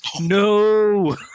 no